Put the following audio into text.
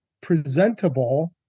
presentable